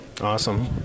Awesome